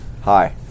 Hi